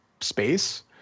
space